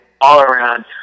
all-around